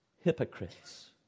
Hypocrites